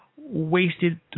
wasted